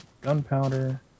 Gunpowder